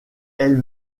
elle